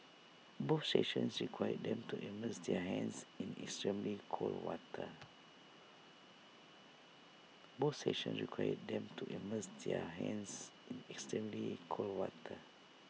both sessions required them to immerse their hands in extremely cold water both sessions required them to immerse their hands in extremely cold water